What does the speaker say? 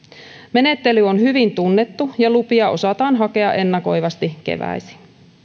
menettely on hyvin tunnettu ja lupia osataan hakea ennakoivasti keväisin